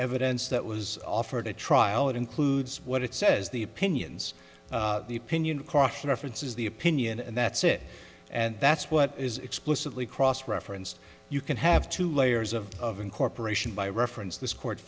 evidence that was offered at trial it includes what it says the opinions the opinion caution are france is the opinion and that's it and that's what is explicitly cross referenced you can have two layers of of incorporation by reference this co